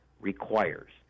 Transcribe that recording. requires